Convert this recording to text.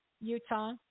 Utah